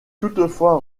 toutefois